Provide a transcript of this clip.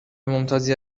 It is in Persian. ممتازی